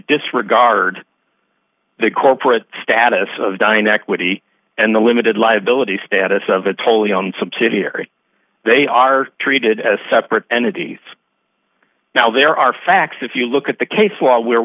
disregard the corporate status of dine activity and the limited liability status of a tolly on subsidiary they are treated as separate entities now there are facts if you look at the case law where